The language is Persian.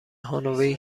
هانوی